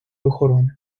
охорони